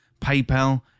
PayPal